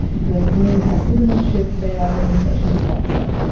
the groom has citizenship, they are the immigration sponsor.